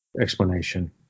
explanation